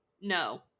no